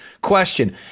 Question